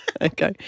Okay